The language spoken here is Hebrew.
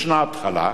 ישנה התחלה.